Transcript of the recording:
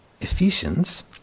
Ephesians